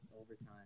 overtime